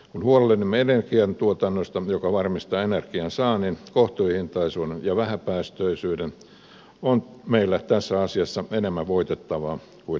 kun huolehdimme energiantuotannosta joka varmistaa energian saannin kohtuuhintaisuuden ja vähäpäästöisyyden on meillä tässä asiassa enemmän voitettavaa kuin hävittävää